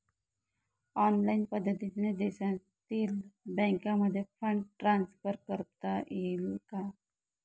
Online पद्धतीने देशातील बँकांमध्ये फंड ट्रान्सफर करता येईल का?